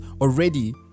already